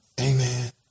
Amen